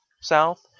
south